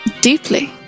Deeply